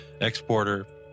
exporter